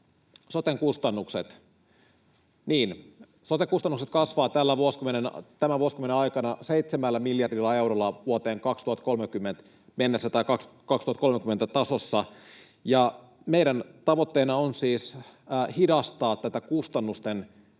sote-kustannukset kasvavat tämän vuosikymmenen aikana seitsemällä miljardilla eurolla 2030-tasossa, ja meidän tavoitteenamme on siis hidastaa tätä kustannusten